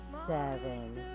seven